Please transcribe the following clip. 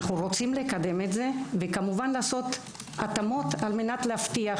אנו רוצים לקדם את זה ולעשות התאמות כדי להבטיח,